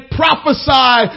prophesy